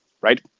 right